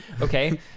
Okay